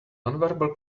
nonverbal